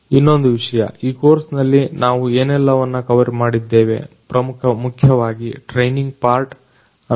ಇನ್ನೊಂದು ವಿಷಯ ಈ ಕೋರ್ಸಿನಲ್ಲಿ ನಾವು ಏನೆಲ್ಲವನ್ನು ಕವರ್ ಮಾಡಿದ್ದೇವೆ ಮುಖ್ಯವಾಗಿ ಟ್ರೈನಿಂಗ್ ಪಾರ್ಟ್ ಅನ್ನು ನಾನು ಪುನರಾವರ್ತಿಸುತ್ತೇನೆ